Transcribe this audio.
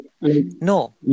no